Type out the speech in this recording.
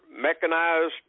mechanized